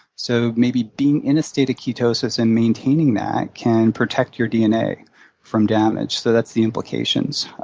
so maybe being in a state of ketosis and maintaining that can protect your dna from damage, so that's the implications.